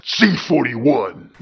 c41